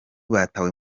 batawe